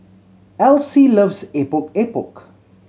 Elyse loves Epok Epok